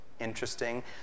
interesting